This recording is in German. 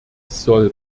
soll